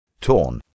Torn